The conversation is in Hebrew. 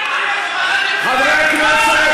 לך לסוריה.